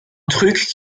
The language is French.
truc